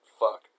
fuck